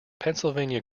pennsylvania